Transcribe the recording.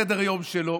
מה סדר-היום שלו,